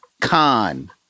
Con